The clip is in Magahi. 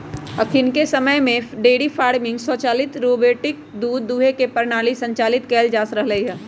अखनिके समय में डेयरी फार्मिंग स्वचालित रोबोटिक दूध दूहे के प्रणाली संचालित कएल जा रहल हइ